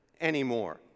anymore